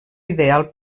ideal